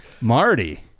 Marty